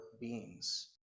beings